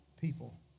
people